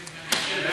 כן.